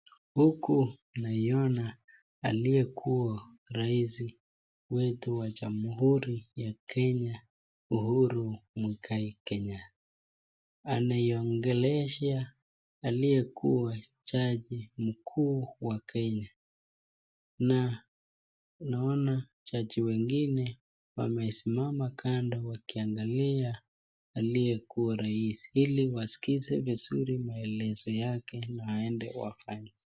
Huku naiona aliyekuwa rais wetu wa Jamhuri ya Kenya Uhuru Muigai Kenyatta anaiongelesha aliye jaji mkuu wa Kenya, na naona jaji wengine wamesimama kando wakiangalia aliyekuwa rais ili waskize vizuri maelezo yake waende wafanye.